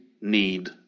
need